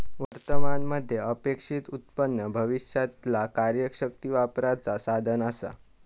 वर्तमान मध्ये अपेक्षित उत्पन्न भविष्यातीला कार्यशक्ती वापरण्याचा साधन असा